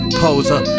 poser